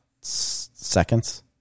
seconds